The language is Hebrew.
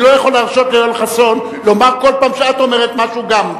אני לא יכול להרשות ליואל חסון לומר כל פעם שאת אומרת משהו גם.